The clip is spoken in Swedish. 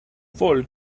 folk